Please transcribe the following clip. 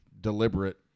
deliberate